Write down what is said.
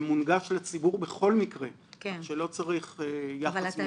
מונגש לציבור בכל מקרה, כך שלא צריך יחס מיוחד.